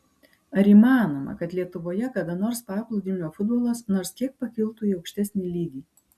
ar įmanoma kad lietuvoje kada nors paplūdimio futbolas nors kiek pakiltų į aukštesnį lygį